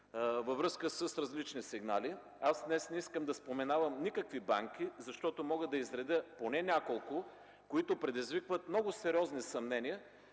във връзка с различни сигнали. Днес не искам да споменавам никакви банки, защото мога да изредя поне няколко, които предизвикват много сериозни съмнения